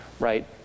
right